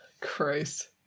Christ